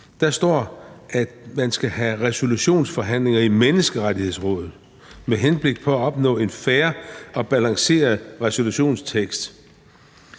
der står, at man skal have »... resolutionsforhandlinger i Menneskerettighedsrådet med henblik på at opnå en fair og balanceret resolutionstekst